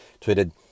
tweeted